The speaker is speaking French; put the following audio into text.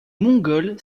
mongol